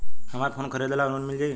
हमरा फोन खरीदे ला लोन मिल जायी?